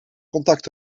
contact